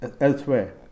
elsewhere